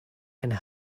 and